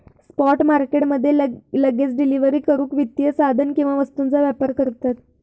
spot market मध्ये लगेच delivery करूक वित्तीय साधन किंवा वस्तूंचा व्यापार करतत